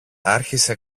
άρχισε